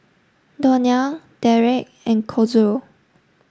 Donnell Dereck and Kazuo